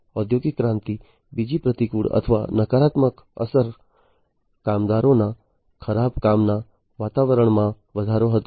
ઔદ્યોગિક ક્રાંતિની બીજી પ્રતિકૂળ અથવા નકારાત્મક અસર કામદારોના ખરાબ કામના વાતાવરણમાં વધારો હતો